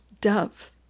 dove